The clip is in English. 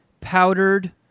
powdered